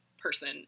person